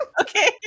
Okay